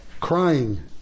crying